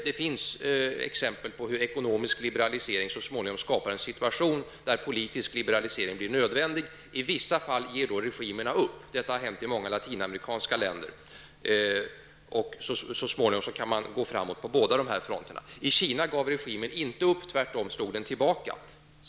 Det finns exempel på hur ekonomisk liberalisering så småningom skapar en situation där politisk liberalisering blir nödvändig. I vissa fall ger då regimerna upp. Detta har hänt i många latinamerikanska länder. Så småningom kan man gå framåt på båda dessa fronter. I Kina gav regimen inte upp -- den slog tvärtom tillbaka.